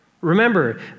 Remember